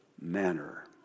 manner